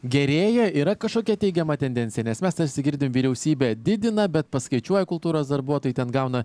gerėja yra kažkokia teigiama tendencija nes mes tarsi girdim vyriausybė didina bet paskaičiuoja kultūros darbuotojai ten gauna